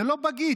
זה לא בגיץ,